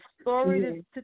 story